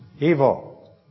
evil